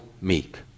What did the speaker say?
meek